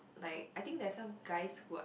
like I think there are some guys who I